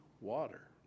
water